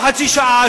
לא חצי שעה.